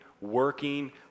working